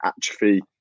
atrophy